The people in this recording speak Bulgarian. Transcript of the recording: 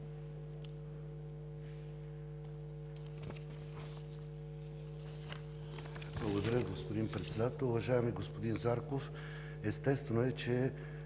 Благодаря, господин Председател. Уважаеми господин Зарков, естествено е, че